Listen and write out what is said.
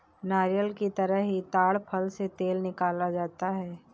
नारियल की तरह ही ताङ फल से तेल निकाला जाता है